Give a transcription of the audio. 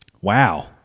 Wow